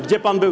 Gdzie pan był?